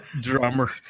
drummer